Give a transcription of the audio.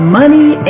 money